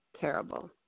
terrible